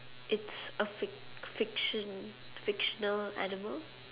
it's a fic~ fiction fictional animal